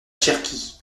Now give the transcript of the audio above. cherki